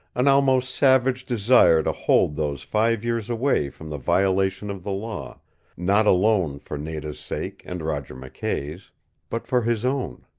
an almost savage desire to hold those five years away from the violation of the law not alone for nada's sake and roger mckay's but for his own.